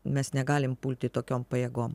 mes negalim pulti tokiom pajėgom